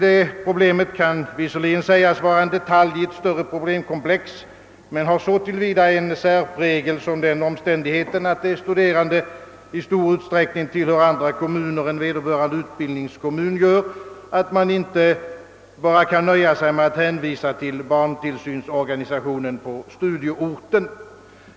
Denna fråga kan visserligen sägas vara en detalj i ett större problemkomplex men har så till vida en särprägel, att de studerande i stor utsträckning tillhör andra kommuner än vederbörande utbildningskommun och att man inte kan nöja sig med att hänvisa till barntillsynsorganisationen på studieorten.